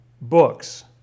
books